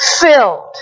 filled